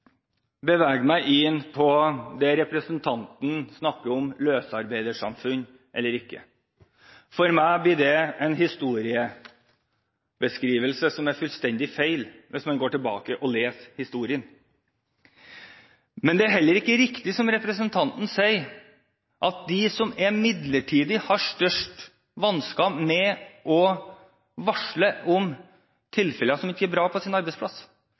bevege meg inn på det representanten snakker om, om løsarbeidersamfunn eller ikke. For meg blir det en historiebeskrivelse som er fullstendig feil – hvis man går tilbake og leser historien. Det er heller ikke riktig det som representanten sier, at de som er midlertidig ansatt, har størst vansker med å varsle om tilfeller på sin arbeidsplass som ikke er bra.